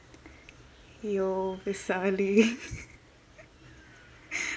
!aiyo!